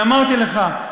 ואמרתי לך,